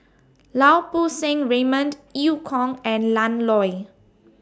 Lau Poo Seng Raymond EU Kong and Ian Loy